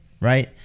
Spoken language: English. right